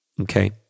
okay